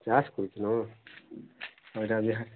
ତାସ୍ ଖେଳୁଛନ୍ ଏଇଟା ବିହାରେ